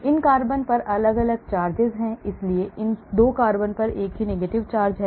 इन carbon पर अलग अलग चार्ज हैं इसलिए इन 2 कार्बन पर एक ही negative charge है